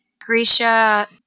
Grisha